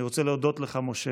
אני רוצה להודות לך, משה,